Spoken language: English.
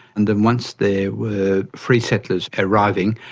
and then once there were free settlers arriving,